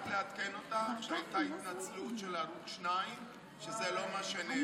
רק לעדכן אותך שהייתה התנצלות של ערוץ 2 שזה לא מה שנאמר.